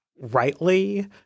rightly